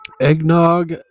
eggnog